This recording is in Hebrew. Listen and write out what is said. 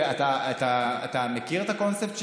ואתה מכיר את הקונספט,